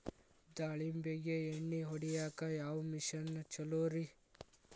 ದಾಳಿಂಬಿಗೆ ಎಣ್ಣಿ ಹೊಡಿಯಾಕ ಯಾವ ಮಿಷನ್ ಛಲೋರಿ?